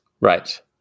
Right